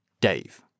Dave